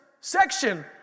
section